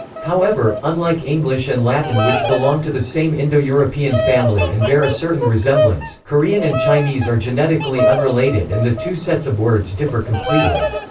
however, unlike english and latin which belong to the same indo-european family and bear a certain resemblance, korean and chinese are genetically unrelated and the two sets of words differ completely.